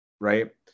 right